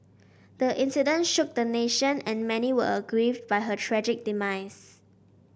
the incident shook the nation and many were aggrieved by her tragic demise